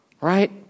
right